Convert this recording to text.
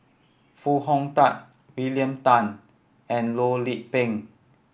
Foo Hong Tatt William Tan and Loh Lik Peng